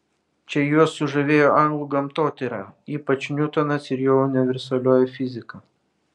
čia juos sužavėjo anglų gamtotyra ypač niutonas ir jo universalioji fizika